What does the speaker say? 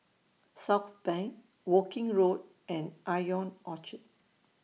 Southbank Woking Road and Ion Orchard